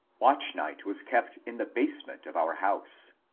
watch night was kept in the basement of our house.